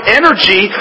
energy